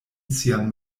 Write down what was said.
sian